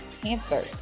cancer